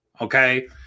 Okay